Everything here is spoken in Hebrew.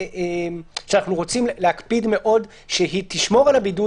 שאנחנו רוצים להקפיד מאוד שהיא תשמור על הבידוד,